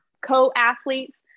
co-athletes